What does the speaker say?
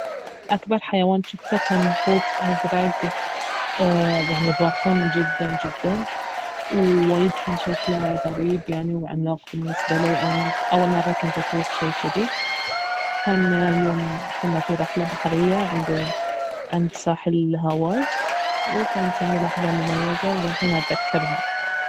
اكبر حيوان جفته كان حوت ازرق يعني ضخم جدا جدا ووايد كان شكله غريب يعني وعملاق بالنسبة لي اول مرة كنت اجوف شيء جذي كان يوم كنا في رحلة بحرية عند ساحل هاواي وكانت يعني لحظة مميزة وللحين اتذكرها